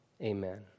amen